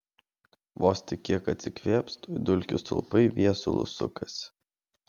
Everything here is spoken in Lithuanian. vos tik kiek atsikvėps tuoj dulkių stulpai viesulu sukasi